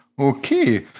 Okay